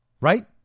right